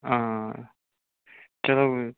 آ چلو